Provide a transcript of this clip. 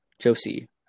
Josie